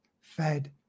fed